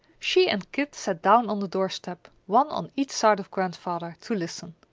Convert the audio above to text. she and kit sat down on the doorstep, one on each side of grandfather, to listen.